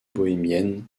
bohémienne